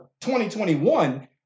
2021